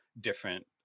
different